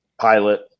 pilot